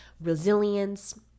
resilience